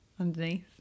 underneath